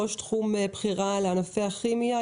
ראש תחום בכירה לענפי הכימיה,